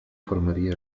formaría